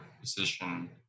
position